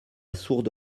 sourde